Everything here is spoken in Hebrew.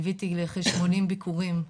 ליוויתי לכ- 80 ביקורים.